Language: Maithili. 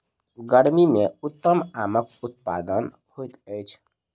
गर्मी मे उत्तम आमक उत्पादन होइत अछि